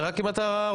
רק אם אתה רוצה.